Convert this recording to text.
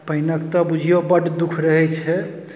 पानिक तऽ बुझियौ बड्ड दुख रहै छै